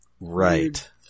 Right